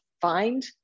find